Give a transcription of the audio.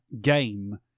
game